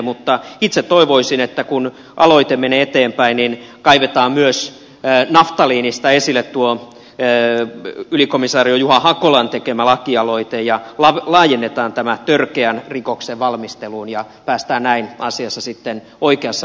mutta itse toivoisin että kun aloite menee eteenpäin niin kaivetaan myös naftaliinista esille tuo ylikomisario juha hakolan tekemä lakialoite ja laajennetaan tämä törkeän rikoksen valmisteluun ja päästään näin asiassa sitten oikeassa mittakaavassa eteenpäin